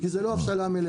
כי זאת לא הבשלה מלאה.